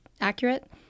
accurate